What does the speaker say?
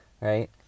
right